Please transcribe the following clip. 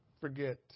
forget